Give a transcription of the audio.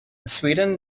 sweden